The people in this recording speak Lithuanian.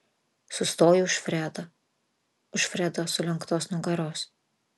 sustoju už fredo už fredo sulenktos nugaros